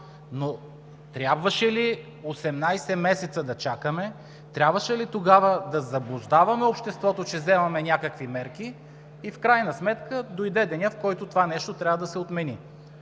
Трябваше ли 18 месеца да чакаме, трябваше ли тогава да заблуждаваме обществото, че вземаме някакви мерки? В крайна сметка дойде денят, в който това нещо трябва да се отмени.